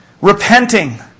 repenting